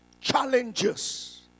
challenges